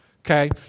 Okay